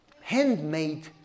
handmade